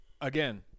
again